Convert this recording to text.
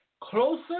closer